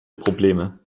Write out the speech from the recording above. probleme